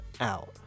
out